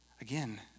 Again